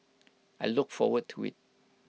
I look forward to IT